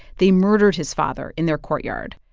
they murdered his father in their courtyard.